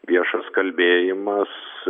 viešas kalbėjimas